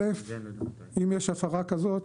אם יש הפרה כזאת,